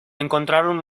encontraron